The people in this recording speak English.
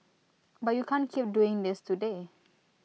but you can't keep doing this today